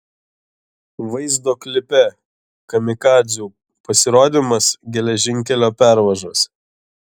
vaizdo klipe kamikadzių pasirodymas geležinkelio pervažose